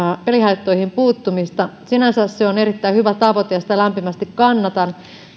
pelihaittoihin puuttumista sinänsä se on erittäin hyvä tavoite ja sitä lämpimästi kannatan